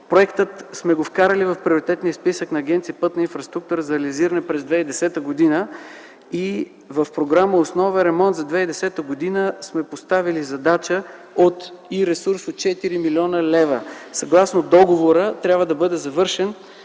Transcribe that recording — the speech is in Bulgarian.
проекта в приоритетния списък на Агенция „Пътна инфраструктура” за реализиране през 2010 г. и в програма „Основен ремонт” за 2010 г. сме поставили задача и ресурс от 4 млн. лв. Съгласно договора, трябва да бъде завършен